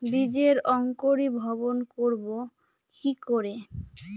বীজের অঙ্কোরি ভবন করব কিকরে?